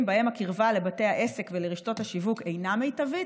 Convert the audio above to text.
שבהם הקרבה לבתי העסק ולרשתות השיווק אינה מיטבית,